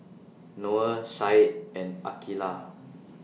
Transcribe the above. Noah Said and Aqilah